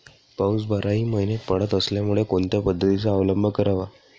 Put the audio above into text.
पाऊस बाराही महिने पडत असल्यामुळे कोणत्या पद्धतीचा अवलंब करावा?